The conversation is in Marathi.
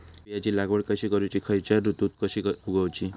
हया बियाची लागवड कशी करूची खैयच्य ऋतुत कशी उगउची?